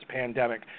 pandemic